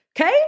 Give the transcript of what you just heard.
okay